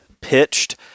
pitched